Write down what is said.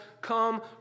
come